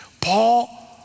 Paul